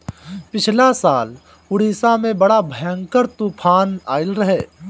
पिछला साल उड़ीसा में बड़ा भयंकर तूफान आईल रहे